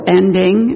ending